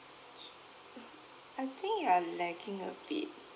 okay I think you are lagging a bit